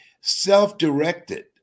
self-directed